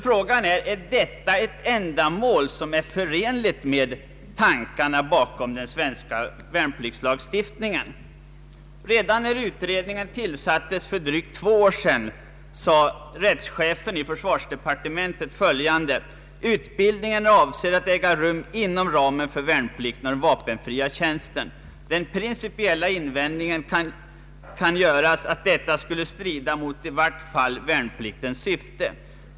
Frågan är om denna utbildnings ändamål är förenligt med tankarna bakom den svenska värnpliktslagstiftningen. Redan när utredningen tillsattes för drygt två år sedan sade rättschefen i försvarsdepartementet att utbildningen är avsedd att äga rum inom ramen för värnplikten och den vapenfria tjänsten: ”Den principiella invändningen kan göras att detta skulle strida mot i vart fall värnpliktens syfte.